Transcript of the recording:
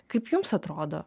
kaip jums atrodo